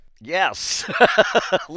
yes